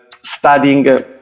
studying